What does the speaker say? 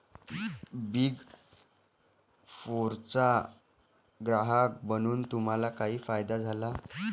Big फोरचा ग्राहक बनून तुम्हाला काही फायदा झाला?